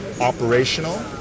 operational